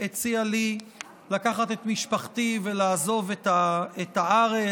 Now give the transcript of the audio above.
הציע לי לקחת את משפחתי ולעזוב את הארץ.